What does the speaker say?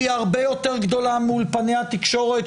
והיא הרבה יותר גדולה מול פני התקשורת,